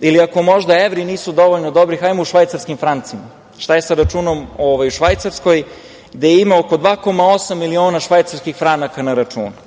ili ako možda evri nisu dovoljno dobri, ajmo u švajcarskim francima. Šta je sa računom u Švajcarskoj, gde ima oko 2,8 miliona švajcarskih franaka na računu?